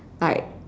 like